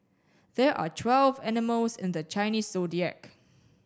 there are twelve animals in the Chinese Zodiac